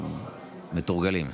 אנחנו מתורגלים.